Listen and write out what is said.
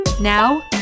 Now